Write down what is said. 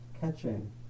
catching